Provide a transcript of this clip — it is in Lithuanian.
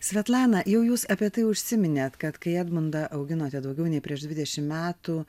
svetlana jau jūs apie tai užsiminėt kad kai edmundą auginote daugiau nei prieš dvidešimt metų